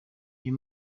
uwo